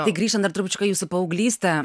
tai grįžtant dar trupučiuką į jūsų paauglystę na